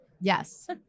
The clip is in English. Yes